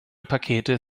pakete